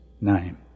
name